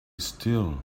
still